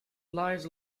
lies